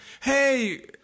Hey